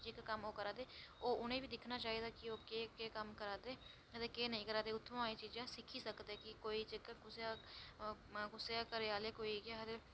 जेह्का कम्म ओह् करा दे ओह् कम्म उ'नेंई दिक्खना चाहिदा कि ओह् केह् केह् कम्म करा दे अदे केह् नेईं करा दे उत्थुआं एह् चीजां सिक्खी सकदे कोई जेह्का कुसै आखना कुसै दे घरै आह्ले कुसै इय़ै आखना